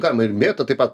galima ir mėtą taip pat